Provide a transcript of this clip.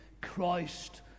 Christ